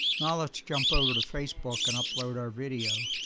now let's jump over to facebook and upload our video.